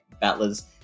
battlers